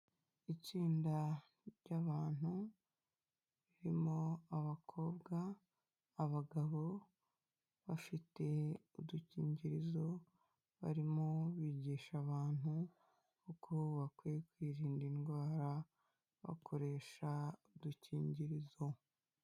Itsinda ry'abantu ririmo abakobwa, abagabo, bafite udukingirizo barimo bigisha abantu uko bakwiye kwirinda indwara bakoresha udukingirizo.